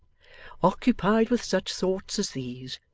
occupied with such thoughts as these,